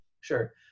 Sure